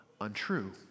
untrue